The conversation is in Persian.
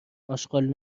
آشغال